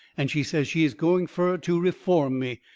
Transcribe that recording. and she says she is going fur to reform me.